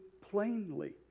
plainly